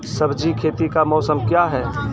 सब्जी खेती का मौसम क्या हैं?